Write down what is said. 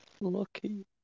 Lucky